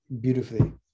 beautifully